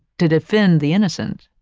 to defend the innocent,